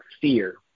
fear